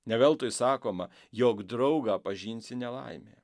ne veltui sakoma jog draugą pažinsi nelaimėje